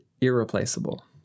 irreplaceable